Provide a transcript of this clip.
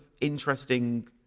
interesting